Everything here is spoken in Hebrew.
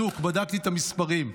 בדוק, בדקתי את המספרים.